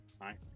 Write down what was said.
right